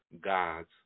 God's